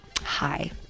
hi